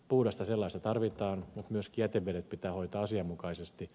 puhdasta sellaista tarvitaan mutta myös jätevedet pitää hoitaa asianmukaisesti